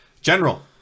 General